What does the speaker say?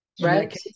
Right